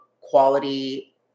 quality